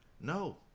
no